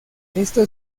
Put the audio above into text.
esto